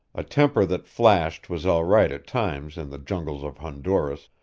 a temper that flashed was all right at times in the jungles of honduras,